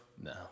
No